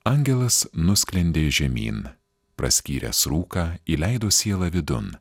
angelas nusklendė žemyn praskyręs rūką įleido sielą vidun